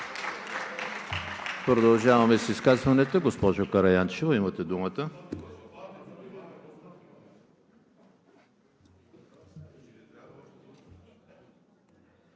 Продължаваме с изказванията. Госпожо Караянчева, имате думата.